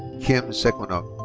kim sequinot.